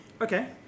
Okay